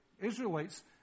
Israelites